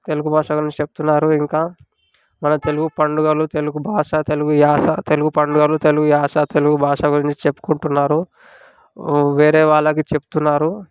తెలుగు భాష గురించి చెప్తున్నారు ఇంకా మన తెలుగు పండుగలు తెలుగు భాష తెలుగు యాస తెలుగు పండుగలు తెలుగు యాస తెలుగు భాష చెప్పుకుంటున్నారు వేరే వాళ్ళకి చెప్తున్నారు